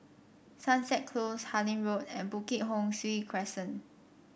Sunset Close Harlyn Road and Bukit Ho Swee Crescent